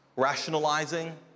rationalizing